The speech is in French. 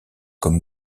comme